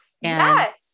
Yes